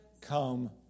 come